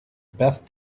beth